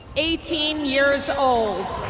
eighteen years old